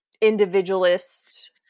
individualist